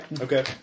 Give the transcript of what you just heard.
Okay